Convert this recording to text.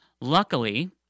Luckily